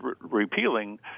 repealing